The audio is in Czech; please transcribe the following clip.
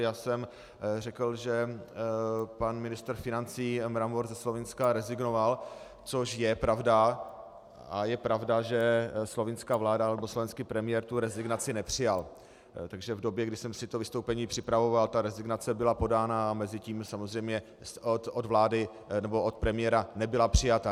Já jsem řekl, že pan ministr financí Mramor ze Slovinska rezignoval, což je pravda, a je pravda, že slovinská vláda, nebo slovinský premiér tu rezignaci nepřijal, takže v době, kdy jsem si to vystoupení připravoval, rezignace byla podána, mezitím samozřejmě od vlády nebo od premiéra nebyla přijata.